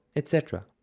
etc.